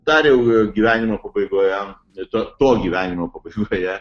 dar jau gyvenimo pabaigoje to to gyvenimo pabaigoje